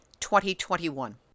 2021